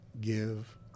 give